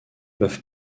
peuvent